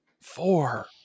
four